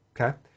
Okay